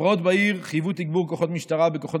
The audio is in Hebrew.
הפרעות בעיר חייבו תגבור כוחות משטרה בכוחות